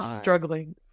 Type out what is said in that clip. struggling